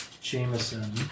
Jameson